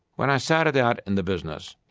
when i started out in the business,